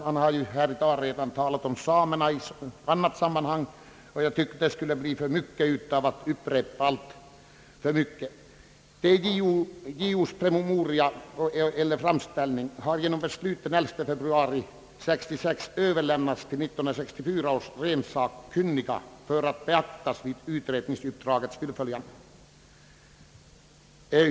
Han har ju redan talat om samerna i annat sammanhang, och det skulle bli för långt att här upprepa allt vad han anfört. JO:s framställning har genom beslut den 11 februari 1966 överlämnats till 1964 års rennäringssakkunniga för att beaktas vid utredningsuppdragets fullgörande.